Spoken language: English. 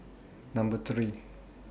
Number three